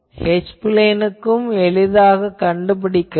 H பிளேனுக்கு எளிதாகக் கண்டுபிடிக்கலாம்